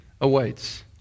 awaits